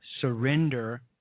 surrender